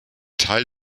teil